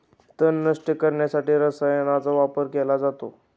तण नष्ट करण्यासाठी रसायनांचा वापर केला जातो